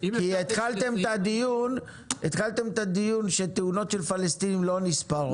כי התחלתם את הדיון בזה שתאונות של פלסטינים לא נספרות,